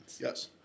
Yes